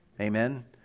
Amen